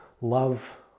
love